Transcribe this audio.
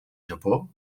japó